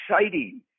exciting